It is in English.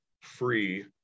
free